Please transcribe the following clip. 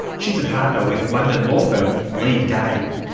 she's a partner with london law firm leigh day.